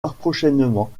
prochainement